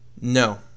No